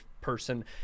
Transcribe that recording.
person